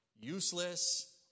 useless